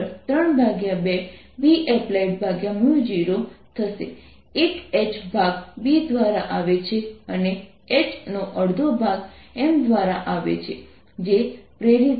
1 H ભાગ B દ્વારા આવે છે અને H નો અડધો ભાગ M દ્વારા આવે છે જે પ્રેરિત છે